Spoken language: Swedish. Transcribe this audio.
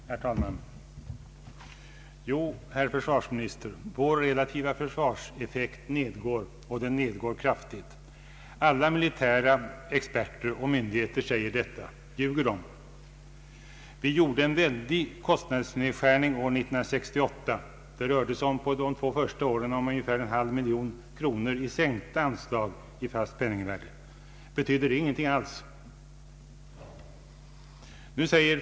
Herr talman! Jo, herr försvarsminister, vår relativa försvarseffekt nedgår och nedgår kraftigt. Alla militära experter och myndigheter säger detta. Ljuger de? Det gjordes en synnerligen stor kostnadsnedskärning 1968. Under de två första åren rörde det sig om ungefär en halv miljard kronor i sänkta anslag i fast penningvärde. Betydde detta ingenting alls?